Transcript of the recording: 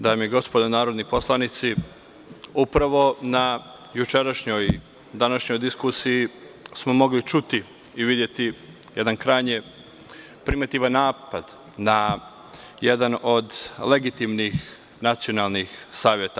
Dame i gospodo narodni poslanici, upravo na jučerašnjoj i današnjoj diskusiji smo mogli čuti i videti jedan krajnje primitivan napad na jedan od legitimnih nacionalnih saveta.